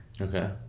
Okay